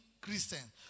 Christian